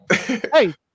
Hey